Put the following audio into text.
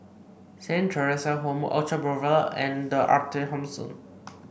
Saint Theresa's Home Orchard Boulevard and The Arte Thomson